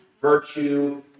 virtue